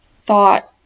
thought